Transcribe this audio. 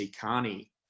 Carney